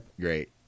Great